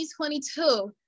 2022